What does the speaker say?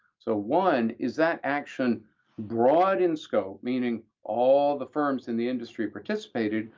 so one, is that action broad in scope, meaning all the firms in the industry participated,